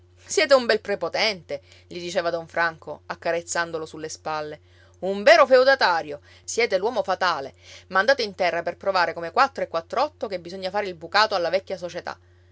siete un bel prepotente gli diceva don franco accarezzandolo sulle spalle un vero feudatario siete l'uomo fatale mandato in terra per provare come quattro e quattr'otto che bisogna fare il bucato alla vecchia società